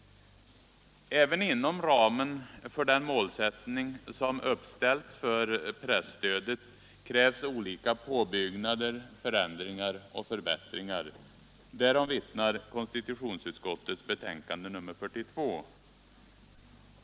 Även inom ramen för den målsättning som uppställts för presstödet krävs olika påbyggnader, förändringar och förbättringar. Därom vittnar konstitutionsutskottets betänkande nr 42.